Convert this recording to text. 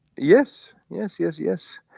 yes yes yes yes.